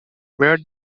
where